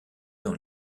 dans